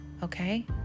okay